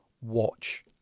watch